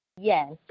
Yes